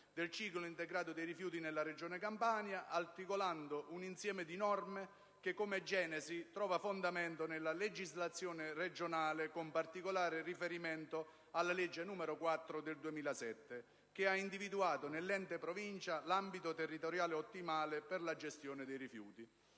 del ciclo integrato dei rifiuti nella Regione Campania, articolando un insieme di norme che, come genesi, trova fondamento nella legislazione regionale, con particolare riferimento alla legge n. 4 del 2007, che ha individuato nell'ente Provincia l'ambito territoriale ottimale per la gestione dei rifiuti.